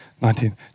nineteen